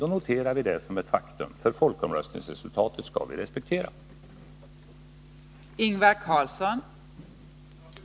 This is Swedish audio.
Vi noterar detta som ett faktum. Folkomröstningsresultatet skall vi emellertid respektera.